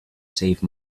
save